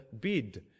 bid